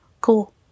cool